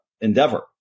endeavor